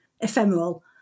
ephemeral